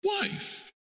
wife